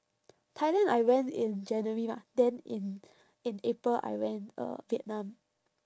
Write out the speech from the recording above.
thailand I went in january mah then in in april I went uh vietnam